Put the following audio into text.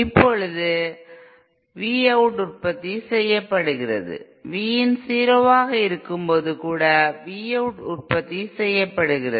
இப்போது Vout உற்பத்திசெய்யப்படுகிறது Vin 0 ஆக இருக்கும்போது கூட Vout உற்பத்திசெய்யப்படுகிறது